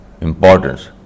importance